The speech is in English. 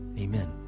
amen